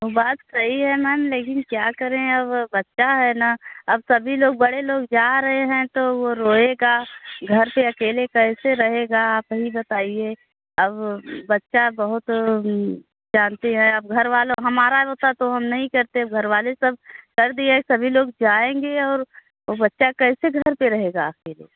बात सही है मैम लेकिन क्या करें अब बच्चा है ना अब सभी लोग बड़े लोग जा रहे हैं तो वह रोएगा घर पर अकेले कैसे रहेगा आप ही बताइए अब बच्चा बहुत जानती हैं अब घरवाला हमारा रोता तो हम नहीं करते घरवाले सब कर दिए सभी लोग जाएँगे और बच्चा कैसे घर पर रहेगा अकेले